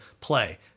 play